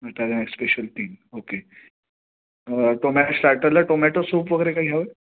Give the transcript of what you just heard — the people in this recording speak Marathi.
नटराजन एक स्पेशल तीन ओके टोमॅ स्टार्टरला टोमॅटो सूप वगैरे काही हवं आहे